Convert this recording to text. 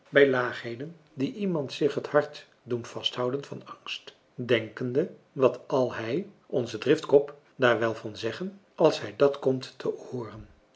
bij laagheden die iemand zich het hart doen vasthouden van angst denkende wat zal hij onze driftkop daar wel van zeggen als hij dàt komt te hooren